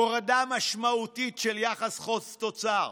הורדה משמעותית של יחס חוב תוצר,